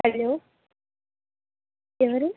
hello ఎవరు